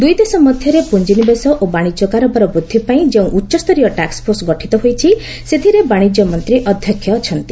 ଦୁଇଦେଶ ମଧ୍ୟରେ ପୁଞ୍ଜିନିବେଶ ଓ ବାଣିଜ୍ୟ କାରବାର ବୃଦ୍ଧି ପାଇଁ ଯେଉଁ ଉଚ୍ଚସ୍ତରୀୟ ଟାକ୍ୱଫୋର୍ସ ଗଠିତ ହୋଇଛି ସେଥିରେ ବାଣିଜ୍ୟମନ୍ତ୍ରୀ ଅଧ୍ୟକ୍ଷ ଅଛନ୍ତି